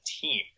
team